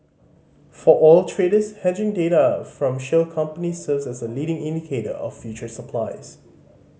for oil traders hedging data from shale companies serves as a leading indicator of future supplies